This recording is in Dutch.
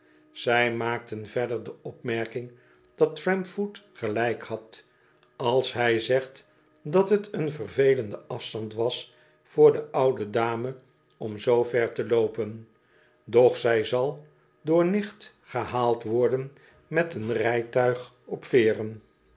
zij maakten verder de opmerking dat trampfoot gelijk had als hij zegt dat t een vervelende afstand was voor de oude dame om zoo ver te loopen doch zij zal door nicht gehaald worden met een rijtuig op veeren